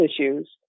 issues